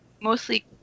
mostly